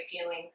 feeling